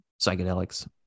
psychedelics